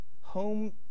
home